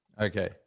Okay